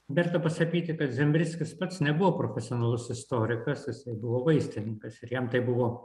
verta pasakyti kad zembrickis pats nebuvo profesionalus istorikas jisai buvo vaistininkas ir jam tai buvo